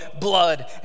blood